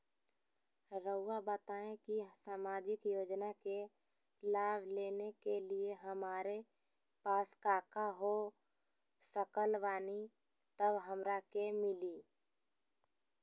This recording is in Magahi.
रहुआ बताएं कि सामाजिक योजना के लाभ लेने के लिए हमारे पास काका हो सकल बानी तब हमरा के मिली?